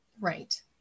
Right